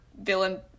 villain